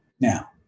Now